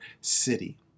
city